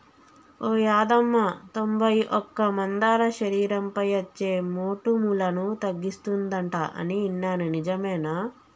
ఓ యాదమ్మ తొంబై ఒక్క మందార శరీరంపై అచ్చే మోటుములను తగ్గిస్తుందంట అని ఇన్నాను నిజమేనా